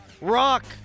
Rock